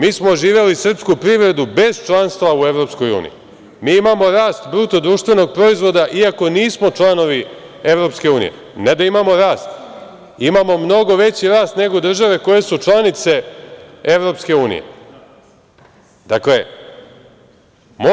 Mi smo oživeli srpsku privredu bez članstva u Evropskoj uniji, mi imamo rast bruto društvenog proizvoda, iako nismo članovi Evropske unije, ne da imamo rast, imamo mnogo veći rast nego države koje su članice Evropske unije.